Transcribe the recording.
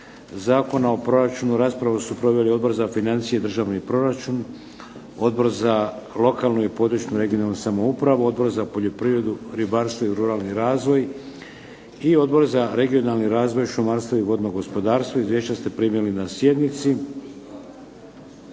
Zakona o proračunu Raspravu su proveli Odbor za financije i državni proračun, Odbor za lokalnu i područnu (regionalnu) samoupravu, Odbor za poljoprivredu, ribarstvo i ruralni razvoj, i Odbor za regionalni razvoj šumarstva i vodnog gospodarstva. Izvješća ste primili na sjednici.